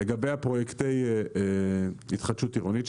לגבי פרויקטי התחדשות עירונית,